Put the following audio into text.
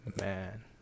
Man